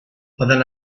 poden